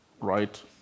Right